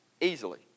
Easily